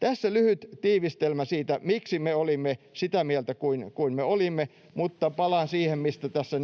Tässä lyhyt tiivistelmä siitä, miksi me olimme sitä mieltä kuin olimme. Mutta palaan siihen, mistä tässä